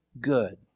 good